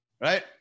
Right